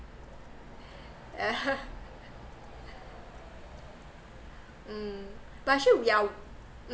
mm but actually we are